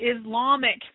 Islamic